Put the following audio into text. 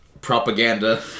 propaganda